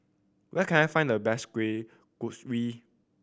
where can I find the best Kueh Kaswi